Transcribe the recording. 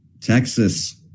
Texas